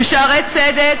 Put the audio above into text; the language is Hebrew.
ב"שערי צדק",